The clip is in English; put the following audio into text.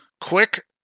quick